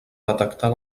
detectar